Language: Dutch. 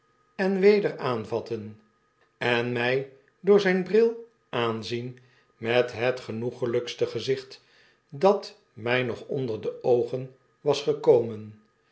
en weder aanvatten en my door zynenbril aanzien met het genoegelykste gezicht dat mfi nog onder de oogen was gekomen